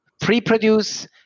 pre-produce